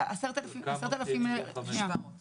מדי שנה בממוצע מתקבלות